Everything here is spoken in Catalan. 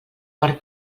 per